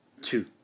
Two